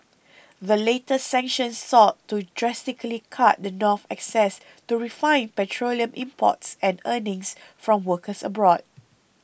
the latest sanctions sought to drastically cut the North's access to refined petroleum imports and earnings from workers abroad